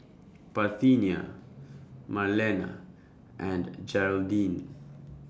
Parthenia Marlena and Jeraldine